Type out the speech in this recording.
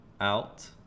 Out